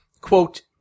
quote